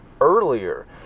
earlier